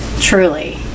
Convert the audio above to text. truly